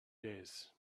days